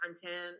content